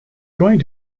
going